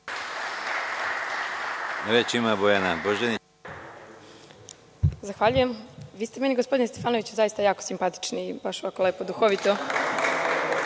**Bojana Božanić** Zahvaljujem. Vi ste meni, gospodine Stefanoviću, zaista jako simpatični. Baš ovako lepo i duhovito